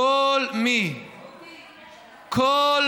כל מי,